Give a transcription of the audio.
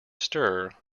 stir